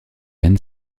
end